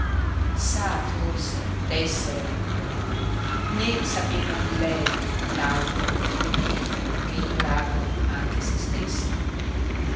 sa forse d'essere la nuvola né sapevan di lei l'albero e le pietre che ignoravano anche se stessi